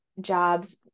jobs